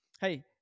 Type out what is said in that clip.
Hey